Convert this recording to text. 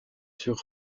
sur